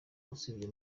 usibye